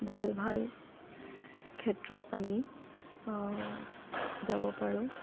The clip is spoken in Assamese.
ভাল ভাল ক্ষেত্ৰত আমি যাব পাৰোঁ